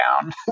down